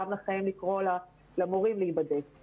גם לכם לקרוא למורים להיבדק.